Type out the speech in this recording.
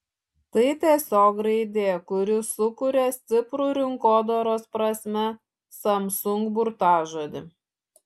tai tiesiog raidė kuri sukuria stiprų rinkodaros prasme samsung burtažodį